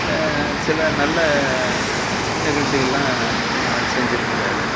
சில நல்ல நிகழ்ச்சிகள்லாம் செஞ்சிருக்கிறாரு